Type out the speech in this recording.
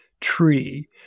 tree